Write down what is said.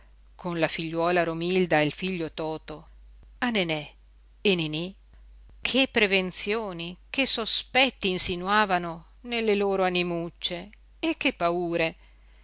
con la figliuola romilda e il figlio toto a nenè e niní che prevenzioni che sospetti insinuavano nelle loro animucce e che paure